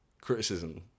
criticism